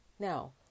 Now